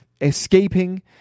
escaping